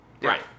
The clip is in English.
Right